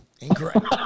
Incorrect